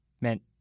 meant